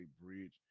bridge